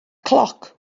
cloc